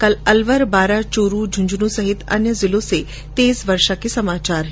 कल अलवर बारा चूरू झुंझुनूं सहित अन्य जिलों में तेज वर्षा हुई